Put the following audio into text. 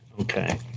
okay